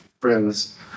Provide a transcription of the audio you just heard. friends